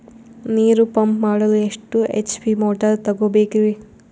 ನೀರು ಪಂಪ್ ಮಾಡಲು ಎಷ್ಟು ಎಚ್.ಪಿ ಮೋಟಾರ್ ತಗೊಬೇಕ್ರಿ?